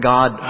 God